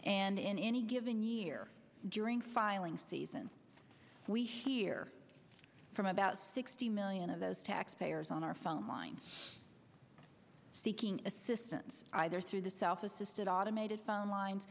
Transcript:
and in any given year during filing season we hear from about sixty million of those tax payers on our phone line seeking assistance either through the south assisted automated phone lines